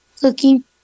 cooking